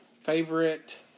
Favorite